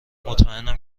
مطمئنم